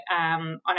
on